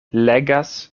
legas